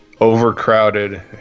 overcrowded